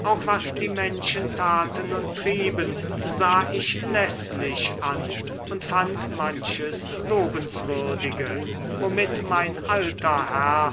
auch was die menschen taten und trieben sah ich läßlich an und fand manches lobenswürdige womit mein alter herr